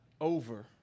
over